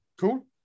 cool